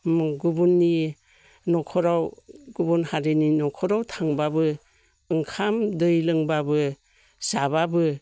गुबुननि न'खराव गुबुन हारिनि न'खराव थांब्लाबो ओंखाम दै लोंब्लाबो जाब्लाबो